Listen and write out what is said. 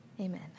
Amen